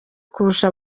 kurusha